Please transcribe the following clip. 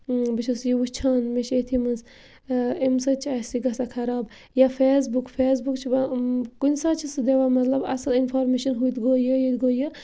بہٕ چھس یہِ وٕچھان مےٚ چھِ أتھی منٛز امہِ سۭتۍ چھِ اَسہِ یہِ گژھان خَرب یا فیسبُک فیسبُک چھِ وَ کُنہِ ساتہٕ چھُ سُہ دِوان مطلب اَصٕل اِنفارمیشَن ہُتہِ گوٚو یہِ ییٚتہِ گوٚو یہِ